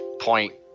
point